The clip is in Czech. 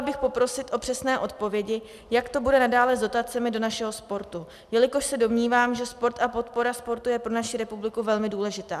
Chtěla bych poprosit o přesné odpovědi, jak to bude nadále s dotacemi do našeho sportu, jelikož se domnívám, že sport a podpora sportu je pro naši republiku velmi důležitá.